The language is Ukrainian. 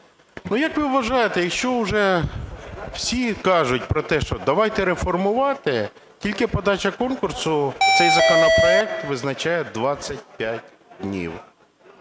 Як ви вважаєте, якщо вже всі кажуть про те, що давайте реформувати, тільки подача конкурсу - цей законопроект визначає 25 днів.